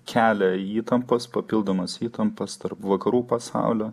kelia įtampas papildomas įtampas tarp vakarų pasaulio